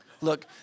Look